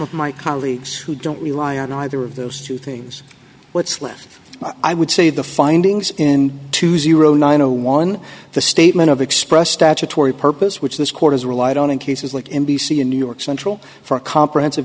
of my colleagues who don't rely on either of those two things what's left i would say the findings in two zero nine zero one the statement of express statutory purpose which this court has relied on in cases like n b c in new york central for a comprehensive